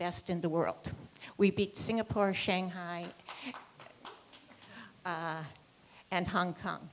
best in the world we beat singapore shanghai and hong kong